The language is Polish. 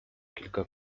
kilka